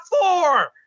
four